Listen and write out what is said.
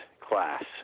class